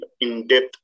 in-depth